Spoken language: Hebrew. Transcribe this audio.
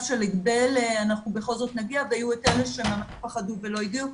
של הגבל אנחנו בכל זאת נגיע והיו את אלה שפחדו ולא הגיעו,